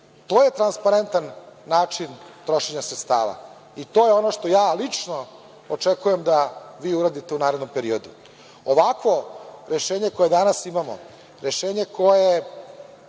je transparentan način trošenja sredstava. To je ono što lično očekujem da vi uradite u narednom periodu. Ovako rešenje koje danas imamo, rešenje koje